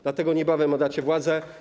Dlatego niebawem oddacie władzę.